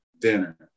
dinner